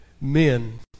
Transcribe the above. men